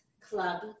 Club